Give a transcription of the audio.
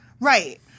Right